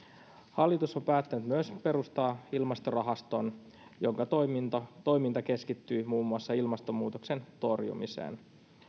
hallitus on päättänyt myös perustaa ilmastorahaston jonka toiminta keskittyy muun muassa ilmastonmuutoksen torjumiseen